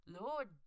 Lord